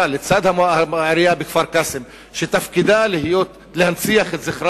לצד העירייה בכפר-קאסם שתפקידה להנציח את זכר